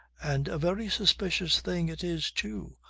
and a very suspicious thing it is too,